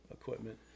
equipment